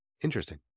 Interesting